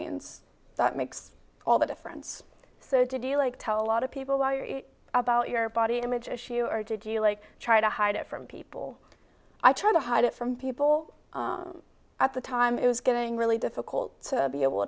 means that makes all the difference so did you like tell a lot of people about your body image issue or did you like try to hide it from people i tried to hide it from people at the time it was getting really difficult to be able